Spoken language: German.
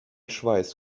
schweiß